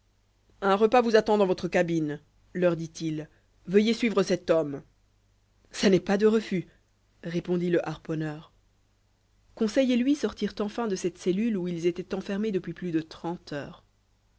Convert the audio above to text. un repas vous attend dans votre cabine leur dit-il veuillez suivre cet homme ça n'est pas de refus répondit le harponneur conseil et lui sortirent enfin de cette cellule où ils étaient renfermés depuis plus de trente heures